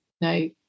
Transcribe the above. no